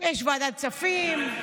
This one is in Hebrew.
ועדת כספים גם.